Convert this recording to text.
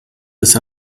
des